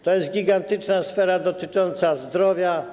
To jest gigantyczna sfera dotycząca zdrowia.